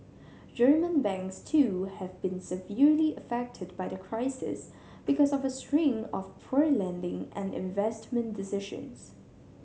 German banks too have been severely affected by the crisis because of a string of poor lending and investment decisions